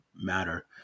matter